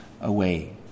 away